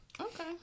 Okay